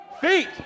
feet